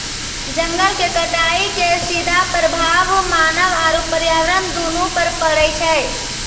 जंगल के कटाइ के सीधा प्रभाव मानव आरू पर्यावरण दूनू पर पड़ै छै